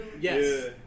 Yes